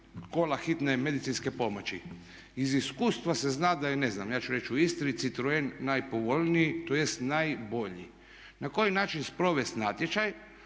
kola hitne medicinske pomoći. Iz iskustva se zna da je ne znam ja ću reći u Istri citroen najpovoljniji, tj. najbolji. Na koji način sprovest natječaj